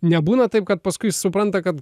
nebūna taip kad paskui supranta kad